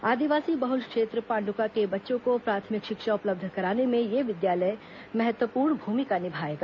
आदिवासी बहुल क्षेत्र पाण्डुका के बच्चों को प्राथमिक शिक्षा उपलब्ध कराने में यह विद्यालय महत्वपूर्ण भूमिका निभाएगा